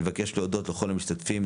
אני מבקש להודות לכל המשתתפים,